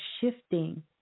shifting